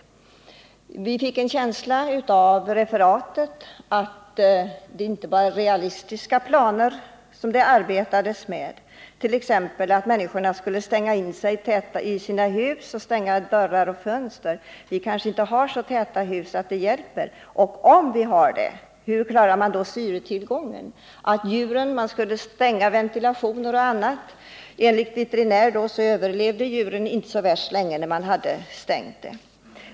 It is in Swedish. Referatet gav oss en känsla av att de planer som det arbetats med inte varit realistiska, t.ex. att människorna skulle stänga in sig i sina hus och stänga till dörrar och fönster. Men husen är kanske inte så täta att det hjälper att stänga, och om de är det, hur klarar man då syretillgången för människor och djur, när man skall stänga både ventiler och allt annat? Enligt veterinärutlåtande överlever inte djuren så värst länge i ett väl tillslutet rum.